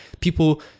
People